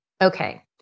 Okay